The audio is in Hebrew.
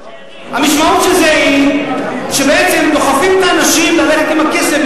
המשמעות של זה היא שבעצם דוחפים את האנשים ללכת עם הכסף,